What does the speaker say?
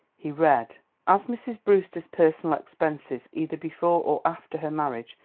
he read as mrs. brewster's personal expenses, either before or after her marriage,